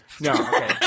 No